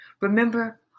Remember